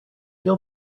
feel